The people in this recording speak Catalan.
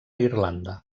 irlanda